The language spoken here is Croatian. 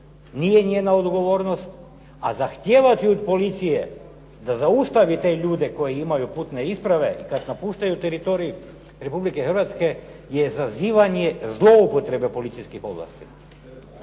nije njena odgovornost, a zahtijevati od policije da zaustavi te ljude koji imaju putne isprave i kad napuštaju teritorij Republike Hrvatske je zazivanje zloupotrebe od policijskih ovlasti.